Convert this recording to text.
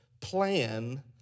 plan